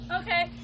okay